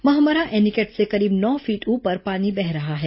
Mahmara anicut से करीब नौ फीट ऊपर पानी बह रहा है